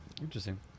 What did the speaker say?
Interesting